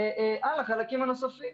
על החלקים הנוספים.